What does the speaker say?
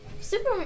Super